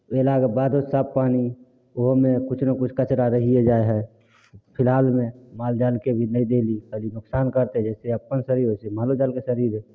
अयलाके बादो साफ पानि ओहोमे कुछ ने कुछ कचड़ा रहिये जाइ हइ फिलहालमे माल जालके भी नहि देली नुकसान करतै जैसे अपन शरीर वैसे मालोजालके शरीर हइ